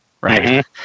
right